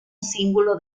símbolo